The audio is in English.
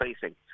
facing